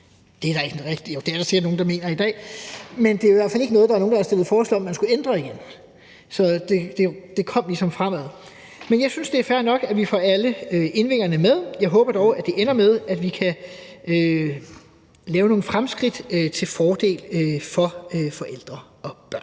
kunne adoptere dem? Det er der sikkert nogle, der mener i dag, men det er i hvert fald ikke noget, som nogen har fremsat forslag om at ændre igen. Så det kom ligesom fremad. Men jeg synes, det er fair nok, at vi får alle indvendingerne med. Jeg håber dog, at det ender med, vi kan lave nogle fremskridt til fordel for forældre og børn.